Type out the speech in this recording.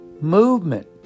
movement